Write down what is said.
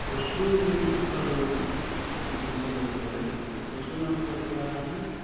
ପଶୁ ଉତ୍ପାଦ ଜିନିଷ ବୋଲି କହିଲେ ଦେଖନ୍ତୁ ପଶୁମାନଙ୍କ ଦ୍ୱାରା ହିଁ